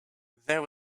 there